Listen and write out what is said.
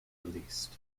released